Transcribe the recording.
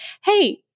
Hey